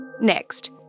Next